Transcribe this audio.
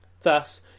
Thus